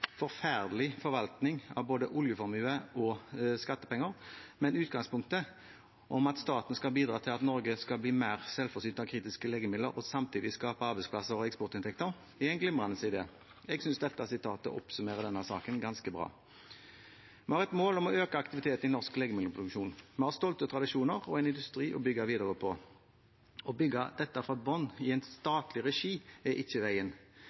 forvaltning av både oljeformue og skattepenger. Men utgangspunktet, om at staten skal bidra til at Norge skal bli mer selvforsynt av kritiske legemidler og samtidig skape arbeidsplasser og eksportinntekter – er en glimrende idé.» Jeg synes dette sitatet oppsummerer denne saken ganske bra. Vi har et mål om å øke aktiviteten i norsk legemiddelproduksjon. Vi har stolte tradisjoner og en industri å bygge videre på. Å bygge dette fra bunnen av i statlig regi er ikke veien